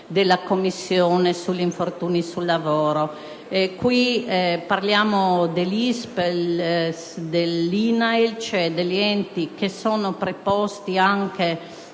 della Commissione sugli infortuni sul lavoro. Qui parliamo dell'ISPESL e dell'INAIL, cioè degli enti che sono preposti a